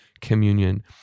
communion